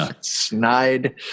snide